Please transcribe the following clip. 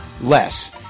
less